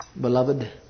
Beloved